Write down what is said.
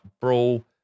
brawl